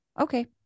okay